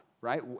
right